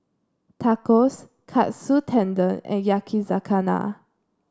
Tacos Katsu Tendon and Yakizakana